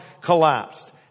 collapsed